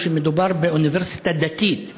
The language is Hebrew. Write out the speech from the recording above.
שמדובר באוניברסיטה דתית,